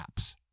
apps